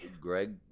greg